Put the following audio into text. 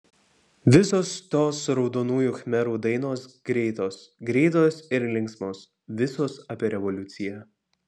visos tos raudonųjų khmerų dainos greitos greitos ir linksmos visos apie revoliuciją